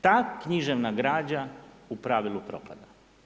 Ta književna građa u pravilu propada.